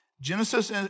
Genesis